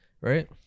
right